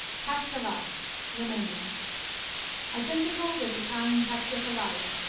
kaskaval rumania identical with italian caciocavallo,